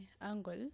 angle